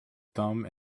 thumb